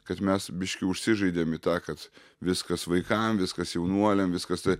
kad mes biškį užsižaidėm į tą kad viskas vaikam viskas jaunuoliam viskas tai